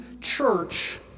church